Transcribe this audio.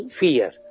fear